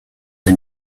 the